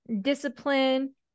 discipline